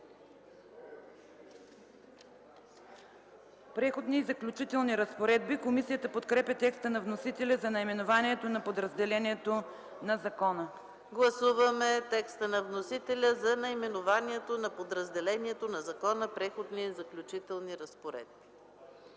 „Преходни и заключителни разпоредби”. Комисията подкрепя текста на вносителя за наименованието на подразделението на закона. ПРЕДСЕДАТЕЛ ЕКАТЕРИНА МИХАЙЛОВА: Гласуваме текста на вносителя за наименованието на подразделението на закона „Преходни и заключителни разпоредби”.